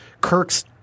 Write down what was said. Kirk's